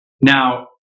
Now